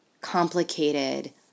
complicated